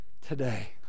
today